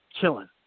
chilling